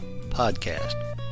podcast